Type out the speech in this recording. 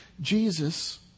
Jesus